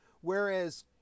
whereas